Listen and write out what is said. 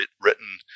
written